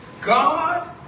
God